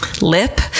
lip